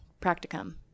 Practicum